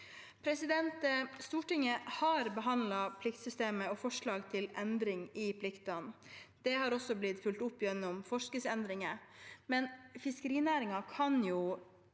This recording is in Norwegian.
2239 Stortinget har behandlet pliktsystemet og forslag til endring i pliktene. Det har også blitt fulgt opp gjennom forskriftsendringer, men fiskerinæringen kan